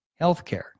Healthcare